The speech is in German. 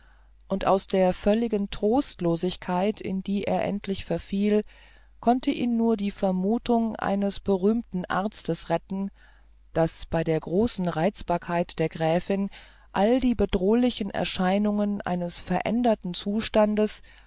und aus der völligen trostlosigkeit in die er endlich verfiel konnte ihn nur die vermutung eines berühmten arztes retten daß bei der großen reizbarkeit der gräfin all die bedrohlichen erscheinungen eines veränderten zustandes